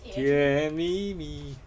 甜蜜蜜